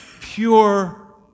pure